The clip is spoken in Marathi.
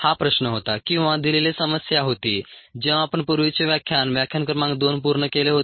हा प्रश्न होता किंवा दिलेली समस्या होती जेव्हा आपण पूर्वीचे व्याख्यान व्याख्यान क्रमांक 2 पूर्ण केले होते